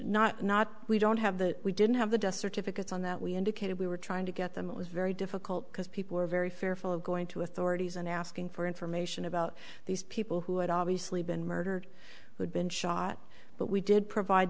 not not we don't have the we didn't have the death certificates on that we indicated we were trying to get them it was very difficult because people were very fearful of going to authorities and asking for information about these people who had obviously been murdered who'd been shot but we did provide